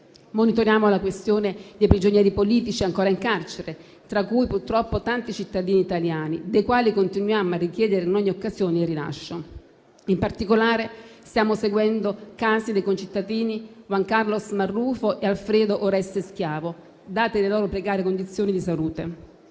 Monitoriamo la questione dei prigionieri politici ancora in carcere, tra cui purtroppo tanti cittadini italiani, dei quali continuiamo a richiedere in ogni occasione il rilascio. In particolare, stiamo seguendo casi dei concittadini Juan Carlos Marrufo e Alfredo Oreste Schiavo, date le loro precarie condizioni di salute.